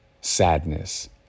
sadness